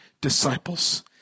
disciples